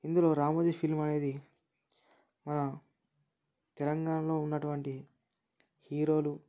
ఇందులో రామోజీ ఫిలిం అనేది మన తెలంగాణలో ఉన్నటువంటి హీరోలు